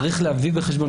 צריך להביא בחשבון,